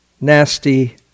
nasty